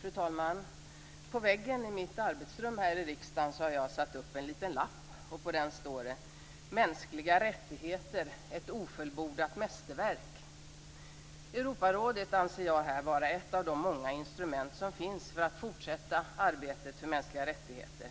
Fru talman! På väggen i mitt arbetsrum här i riksdagen har jag satt upp en liten lapp. På den står det: Europarådet anser jag här vara ett av de många instrument som finns för att fortsätta arbetet för mänskliga rättigheter.